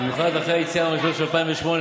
בייחוד אחרי היציאה מהמשבר של 2008,